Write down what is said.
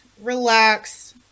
relax